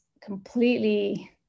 completely